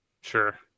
Sure